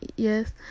Yes